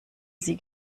sie